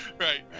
Right